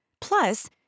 Plus